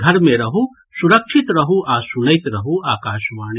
घर मे रहू सुरक्षित रहू आ सुनैत रहू आकाशवाणी